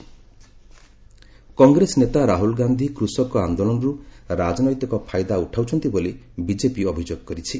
BJP accuse Congress ନେତା ରାହୁଳ ଗାନ୍ଧୀ କୃଷକ ଆନ୍ଦୋଳନରୁ ରାଜନୈତିକ ଫାଇଦା ଉଠାଉଛନ୍ତି ବୋଲି ବିଜେପି ଅଭିଯୋଗ କରିଛି